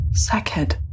Sackhead